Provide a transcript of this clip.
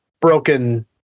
broken